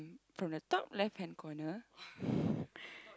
from the top left hand corner